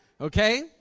Okay